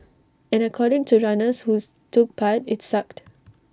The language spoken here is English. and according to runners who's took part IT sucked